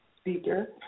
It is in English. speaker